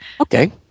Okay